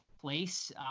place